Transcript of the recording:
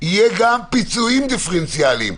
יהיו גם פיצויים דיפרנציאליים,